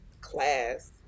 class